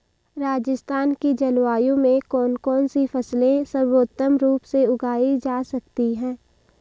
राजस्थान की जलवायु में कौन कौनसी फसलें सर्वोत्तम रूप से उगाई जा सकती हैं?